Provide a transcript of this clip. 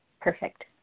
Perfect